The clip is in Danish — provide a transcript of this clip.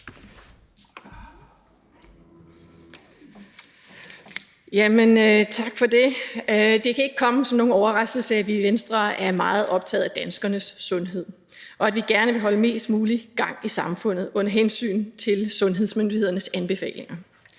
Tak for det. Det kan ikke komme som nogen overraskelse, at vi i Venstre er meget optaget af danskernes sundhed, og at vi gerne vil holde mest mulig gang i samfundet under hensyn til sundhedsmyndighedernes anbefalinger.